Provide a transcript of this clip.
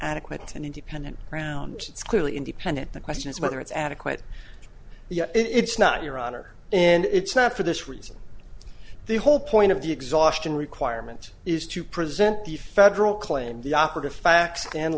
adequate and independent ground it's clearly independent the question is whether it's adequate yet it's not your honor and it's not for this reason the whole point of the exhaustion requirement is to present the federal claim the operative facts and